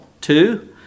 Two